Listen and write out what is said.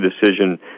decision